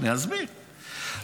אני אסביר,